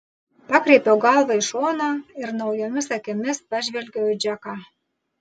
pakreipiau galvą į šoną ir naujomis akimis pažvelgiau į džeką